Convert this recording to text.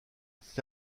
était